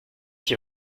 qui